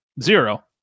Zero